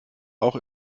auch